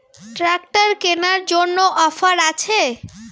Tractor কেনার জন্য offer আছে?